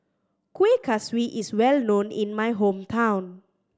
Kueh Kaswi is well known in my hometown